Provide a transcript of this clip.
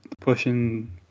pushing